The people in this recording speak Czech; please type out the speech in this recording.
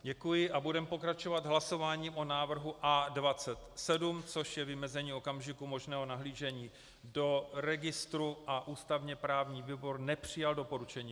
Děkuji a budeme pokračovat hlasováním o návrhu A27, což je vymezení okamžiku možného nahlížení do registru a ústavněprávní výbor nepřijal v tomto doporučení.